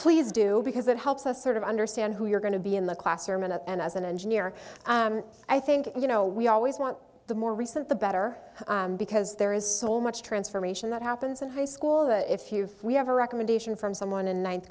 please do because it helps us sort of understand who you're going to be in the classroom and and as an engineer i think you know we always want the more recent the better because there is so much transformation that happens in high school if you we have a recommendation from someone in ninth